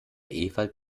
ewald